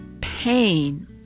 pain